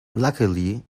luckily